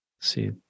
see